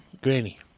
Granny